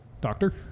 Doctor